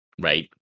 Right